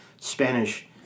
Spanish